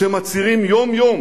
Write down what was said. שמצהירים יום-יום